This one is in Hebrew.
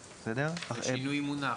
כאן זה רק שינוי מונח.